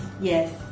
Yes